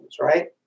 right